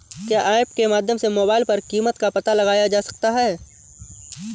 क्या ऐप के माध्यम से मोबाइल पर कीमत का पता लगाया जा सकता है?